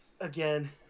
Again